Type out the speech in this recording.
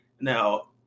Now